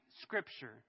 scripture